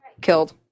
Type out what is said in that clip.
Killed